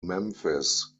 memphis